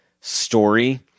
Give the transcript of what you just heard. story